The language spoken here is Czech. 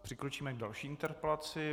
Přikročíme k další interpelaci.